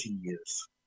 years